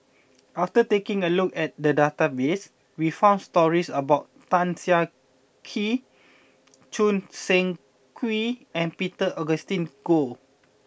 after taking a look at the database we found stories about Tan Siah Kwee Choo Seng Quee and Peter Augustine Goh